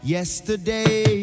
Yesterday